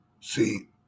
See